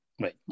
Right